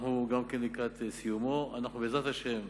אנחנו לקראת סיומו, ובעזרת השם,